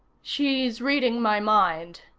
she's reading my mind,